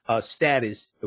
status